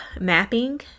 mapping